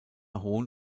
hohn